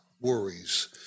worries